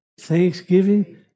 thanksgiving